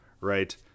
right